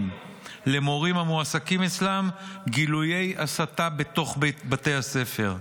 למורים המועסקים אצלם גילויי הסתה בתוך בתי הספר.